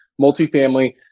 multifamily